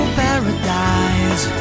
paradise